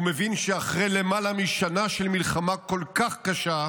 הוא מבין שאחרי למעלה משנה של מלחמה כל כך קשה,